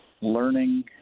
learning